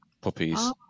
puppies